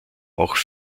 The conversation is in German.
auch